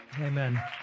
Amen